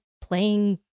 playing